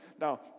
Now